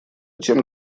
тем